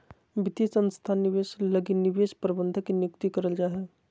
वित्तीय संस्थान निवेश लगी निवेश प्रबंधक के नियुक्ति करल जा हय